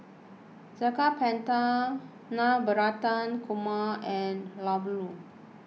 Saag Paneer Navratan Korma and Ladoo